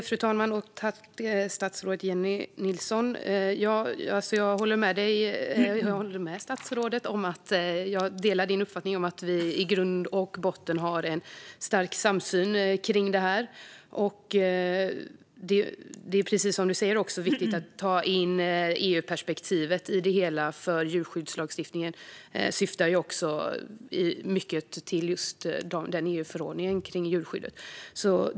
Fru talman! Tack, statsrådet Jennie Nilsson! Vi har i grund och botten en stark samsyn om detta. Precis som du säger är det också viktigt att ta in EU-perspektivet i det hela, för djurskyddslagstiftningen handlar ju i mycket om EU-förordningen om djurskydd.